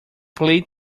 plead